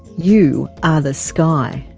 you are the sky.